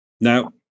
Now